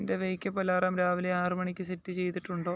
എന്റെ wake up alarm രാവിലെ ആറ് മണിക്ക് സെറ്റ് ചെയ്തിട്ടുണ്ടോ